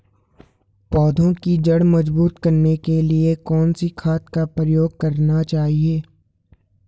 पौधें की जड़ मजबूत करने के लिए कौन सी खाद का प्रयोग करना चाहिए?